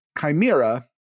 chimera